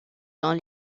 dans